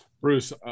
Bruce